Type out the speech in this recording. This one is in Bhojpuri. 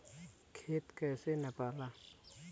खेत कैसे नपाला?